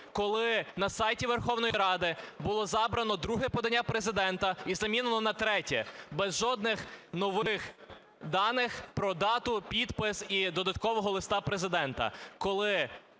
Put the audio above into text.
коли на сайті Верховної Ради було забрано друге подання Президента і замінено на третє, без жодних нових даних про дату, підпис і додаткового листа Президента, коли